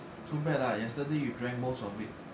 too bad lah yesterday you drank most of it